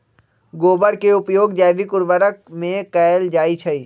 गोबर के उपयोग जैविक उर्वरक में कैएल जाई छई